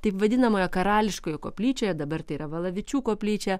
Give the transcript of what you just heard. taip vadinamoje karališkoje koplyčioje dabar tai yra valavičių koplyčia